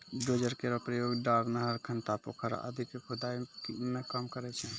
dozer केरो प्रयोग डार, नहर, खनता, पोखर आदि क खुदाई मे काम करै छै